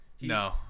No